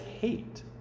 hate